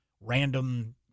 random